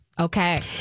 Okay